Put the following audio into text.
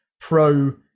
pro